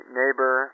neighbor